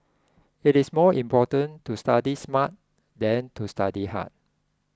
it is more important to study smart than to study hard